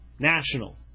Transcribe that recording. national